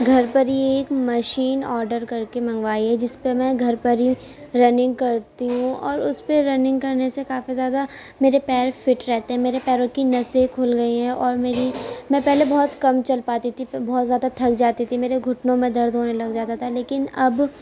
گھر پر ہی ایک مشین آڈر کر کے منگوائی ہے جس پہ میں گھر پر ہی رننگ کرتی ہوں اور اس پہ رننگ کرنے سے کافی زیادہ مجھے پیر فٹ رہتے ہیں میرے پیروں کی نسیں کھل گئی ہیں اور میری میں پہلے بہت کم چل پاتی تھی پھر بہت زیادہ تھک جاتی تھی میرے گھٹنوں میں درد ہونے لگ جاتا تھا لیکن اب